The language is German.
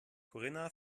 corinna